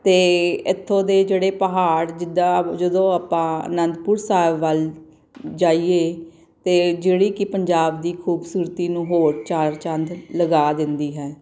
ਅਤੇ ਇੱਥੋਂ ਦੇ ਜਿਹੜੇ ਪਹਾੜ ਜਿੱਦਾਂ ਜਦੋਂ ਆਪਾਂ ਆਨੰਦਪੁਰ ਸਾਹਿਬ ਵੱਲ ਜਾਈਏ ਅਤੇ ਜਿਹੜੀ ਕਿ ਪੰਜਾਬ ਦੀ ਖੂਬਸੂਰਤੀ ਨੂੰ ਹੋਰ ਚਾਰ ਚੰਦ ਲਗਾ ਦਿੰਦੀ ਹੈ